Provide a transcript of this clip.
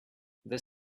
their